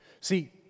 See